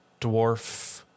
dwarf